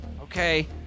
Okay